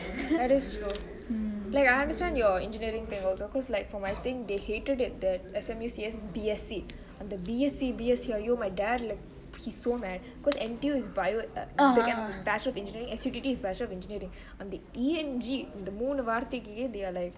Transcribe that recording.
that is true like I understand your engineering thing also cause like for my thing they hated it that S_M_U C_S is B_S_C and the B_S_C B_S_C !aiyo! my dad is so mad because N_T_U is bachelor of engineering S_U_T_D is bachelor of engineering and the E_N_G அந்த மூனு வார்தைக்கு:anthe moonu vaarthaiki they are like